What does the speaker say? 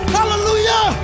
Hallelujah